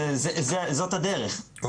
זו הדרך,